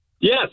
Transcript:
Yes